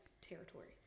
territory